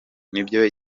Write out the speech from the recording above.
n’ibyo